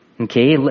Okay